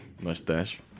mustache